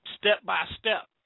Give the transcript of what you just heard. step-by-step